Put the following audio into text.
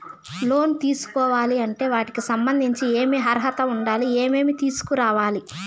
లోను తీసుకోవాలి అంటే వాటికి సంబంధించి ఏమి అర్హత ఉండాలి, ఏమేమి తీసుకురావాలి